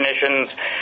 definitions